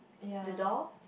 ya